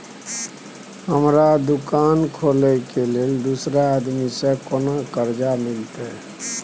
हमरा दुकान खोले के लेल दूसरा आदमी से केना कर्जा मिलते?